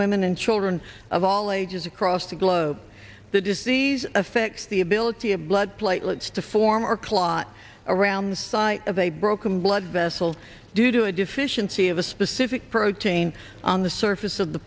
women and children of all ages across the globe the disease affects the ability of blood platelets to form our clot around the site of a broken blood vessel due to a deficiency of a specific protein on the surface of the